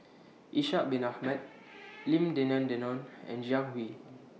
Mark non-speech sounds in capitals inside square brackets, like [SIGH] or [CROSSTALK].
Ishak Bin Ahmad [NOISE] Lim Denan Denon and Jiang Hu